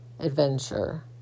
adventure